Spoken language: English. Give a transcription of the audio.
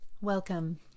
Welcome